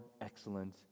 excellent